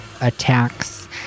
attacks